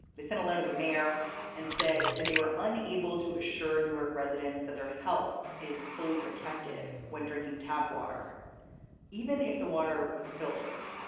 they sent a letter to the mayor and said that they were unable to assure newark residents that their health is fully protected when drinking tap water even if the water was filtered.